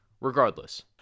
regardless